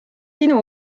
sinu